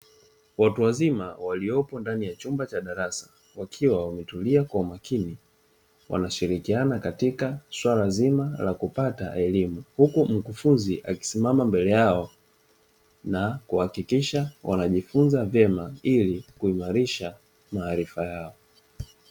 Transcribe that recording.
Watu wazima waliopo ndani ya chumba cha darasa wakiwa wametulia kwa makini, wanashirikiana katika suala zima la kupata elimu, huku mkufunzi akisimama mbele yao na kuhakikisha wanajifunza vyema ili kuimarisha maarifa yao.